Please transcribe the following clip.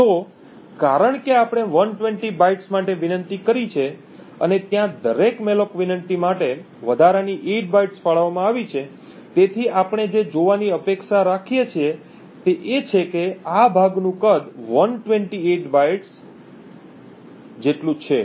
તો કારણ કે આપણે 120 બાઇટ્સ માટે વિનંતી કરી છે અને ત્યાં દરેક મૅલોક વિનંતી માટે વધારાની 8 બાઇટ્સ ફાળવવામાં આવી છે તેથી આપણે જે જોવાની અપેક્ષા રાખીએ તે છે કે આ ભાગનું કદ 128 બાઇટ તમારા બેન તે જેટલું છે